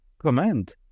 command